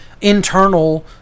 internal